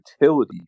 utility